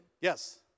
Yes